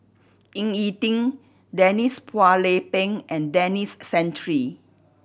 Ying E Ding Denise Phua Lay Peng and Denis Santry